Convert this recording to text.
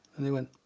and he went,